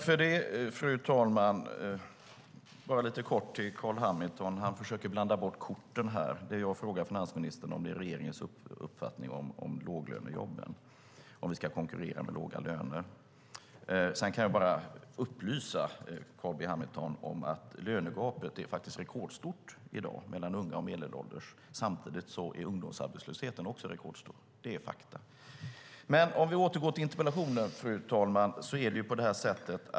Fru talman! Carl B Hamilton försöker blanda bort korten. Det jag frågat finansministern om är regeringens uppfattning om låglönejobben och om vi ska konkurrera med låga löner. Sedan kan jag bara upplysa Carl B Hamilton om att lönegapet mellan unga och medelålders är rekordstort i dag. Samtidigt är även ungdomsarbetslösheten rekordstor. Det är fakta. Men vi återgår till interpellationen, fru talman.